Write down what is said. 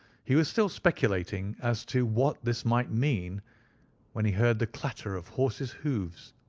he was still speculating as to what this might mean when he heard the clatter of horse's hoofs,